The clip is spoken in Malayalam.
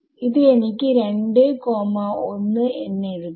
ഇത് എനിക്ക് 21 എന്ന് എഴുതാം